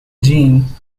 gene